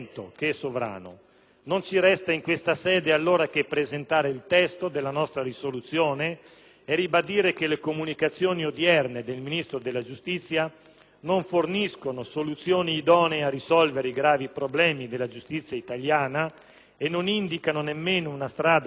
Non ci resta in questa sede allora che presentare il testo della nostra proposta di risoluzione e ribadire che le comunicazioni odierne del Ministro della giustizia non forniscono soluzioni idonee a risolvere i gravi problemi della giustizia italiana e non indicano nemmeno una strada percorribile